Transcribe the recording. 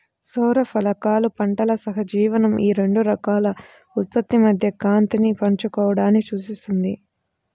సౌర ఫలకాలు పంటల సహజీవనం ఈ రెండు రకాల ఉత్పత్తి మధ్య కాంతిని పంచుకోవడాన్ని సూచిస్తుంది